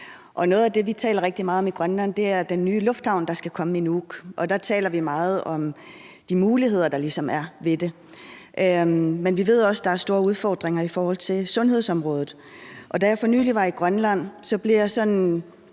noget af det, vi taler rigtig meget om i Grønland, er den nye lufthavn, der skal komme i Nuuk, og der taler vi meget om de muligheder, der ligesom er ved det. Men vi ved også, at der er store udfordringer i forhold til sundhedsområdet, og da jeg for nylig var i Grønland, blev jeg smertelig